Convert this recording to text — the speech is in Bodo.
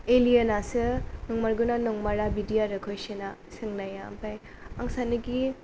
एलियेनासो नंमारगौना नंमारा बिदि आरो कुइसनआ सोंनाया ओमफ्राय आं सानोखि